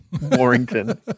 Warrington